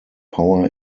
power